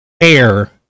air